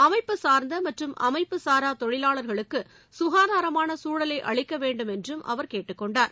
அமைப்பு சார்ந்த மற்றும் அமைப்பு சாரா தொழிலாளர்களுக்கு சுகாதாரமான சூழலை அளிக்கவேண்டும் என்றும் அவர் கேட்டுக்கொண்டார்